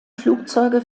flugzeuge